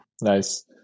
Nice